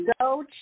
go